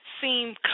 seem